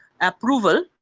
approval